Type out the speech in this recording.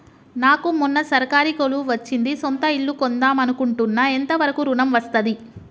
నాకు మొన్న సర్కారీ కొలువు వచ్చింది సొంత ఇల్లు కొన్దాం అనుకుంటున్నా ఎంత వరకు ఋణం వస్తది?